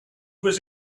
was